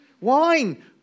Wine